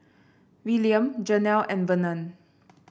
Wiliam Janel and Verna